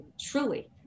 truly